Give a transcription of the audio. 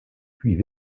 puits